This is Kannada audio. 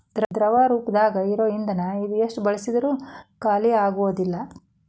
ದ್ರವ ರೂಪದಾಗ ಇರು ಇಂದನ ಇದು ಎಷ್ಟ ಬಳಸಿದ್ರು ಖಾಲಿಆಗುದಿಲ್ಲಾ